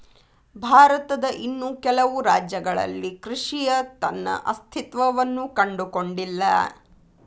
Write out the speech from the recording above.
ಭಾರತದ ಇನ್ನೂ ಕೆಲವು ರಾಜ್ಯಗಳಲ್ಲಿ ಕೃಷಿಯ ತನ್ನ ಅಸ್ತಿತ್ವವನ್ನು ಕಂಡುಕೊಂಡಿಲ್ಲ